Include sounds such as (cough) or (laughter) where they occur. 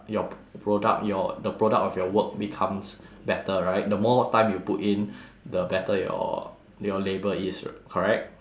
your p~ product your the product of your work becomes better right the more time you put in (breath) the better your your labour is correct